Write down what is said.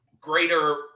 greater